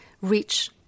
reach